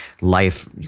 life